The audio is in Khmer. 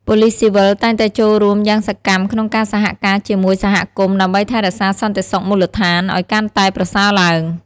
ប៉ូលិសស៊ីវិលតែងតែចូលរួមយ៉ាងសកម្មក្នុងការសហការជាមួយសហគមន៍ដើម្បីថែរក្សាសន្តិសុខមូលដ្ឋានឲ្យកាន់តែប្រសើរឡើង។